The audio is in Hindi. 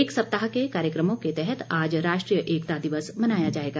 एक सप्ताह के कार्यकमों के तहत आज राष्ट्रीय एकता दिवस मनाया जाएगा